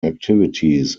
activities